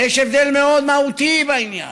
ויש הבדל מאוד מהותי בעניין.